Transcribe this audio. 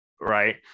Right